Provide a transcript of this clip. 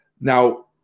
Now